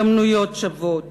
והזדמנויות שוות